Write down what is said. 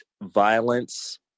violence